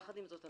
יחד עם זאת,